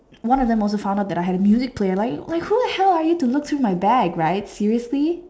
one of them also found out that I had music player like who the hell are you to look through my bag right seriously